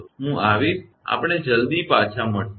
હું આવીશ આવીશું આપણે જલ્દી પાછા આવીશું